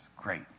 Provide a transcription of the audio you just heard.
Great